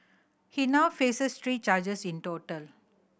he now faces three charges in total